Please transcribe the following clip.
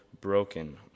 broken